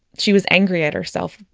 she was angry at herself.